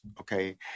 okay